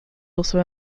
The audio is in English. also